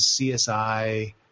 CSI